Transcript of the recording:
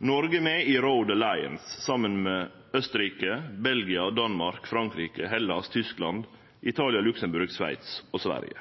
Noreg er med i Road Alliance saman med Austerrike, Belgia, Danmark, Frankrike, Hellas, Tyskland, Italia, Luxembourg, Sveits og Sverige.